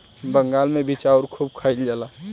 बंगाल मे भी चाउर खूब खाइल जाला